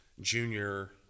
junior